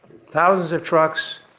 thousands of trucks,